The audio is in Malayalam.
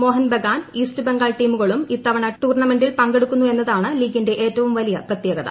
മോഹൻ ബഗാൻ ഈസ്റ്റ് ബംഗാൾ ടീമുകളും ഇത്ത്വണ ടൂർണമെന്റിൽ പങ്കെടുക്കുന്നു എന്നതാണ് ലീഗിന്റെ ഏറ്റവും വലിയ പ്രത്യേകത